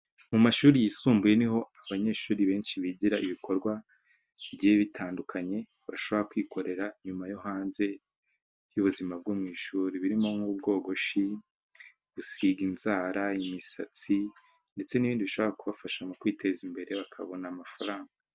Mu mashuri yisumbuye niho abanyeshuri benshi bigira ibikorwa bigiye bitandukanye bashobora kwikorera nyuma yo hanze y'ubuzima bwo mu ishuri birimo nk'ubwogoshi, gusiga inzara, imisatsi, ndetse n'ibindi bishobora kubafasha mu kwiteza imbere bakabona amafaranga.